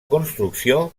construcció